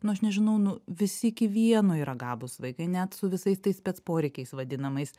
nu aš nežinau nu visi iki vieno yra gabūs vaikai net su visais tais spec poreikiais vadinamais